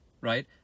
right